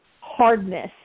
hardness